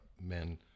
men